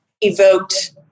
evoked